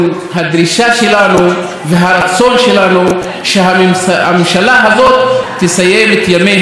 והדרישה שלנו והרצון שלנו שהממשלה הזאת תסיים את ימיה מוקדם ככל האפשר.